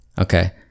Okay